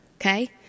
okay